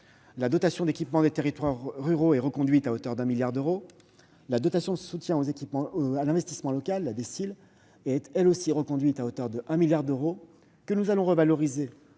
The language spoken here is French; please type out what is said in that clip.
la dotation d'équipement des territoires ruraux (DETR) est reconduite à hauteur de 1 milliard d'euros ; la dotation de soutien à l'investissement local (DSIL) est, elle aussi, reconduite à hauteur de 1 milliard d'euros, que nous allons revaloriser